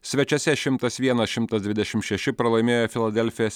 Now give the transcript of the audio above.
svečiuose šimtas vienas šimtas dvidešim šeši pralaimėjo filadelfijos